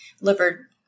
liver